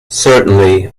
certainly